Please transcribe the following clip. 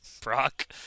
Brock